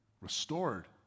Restored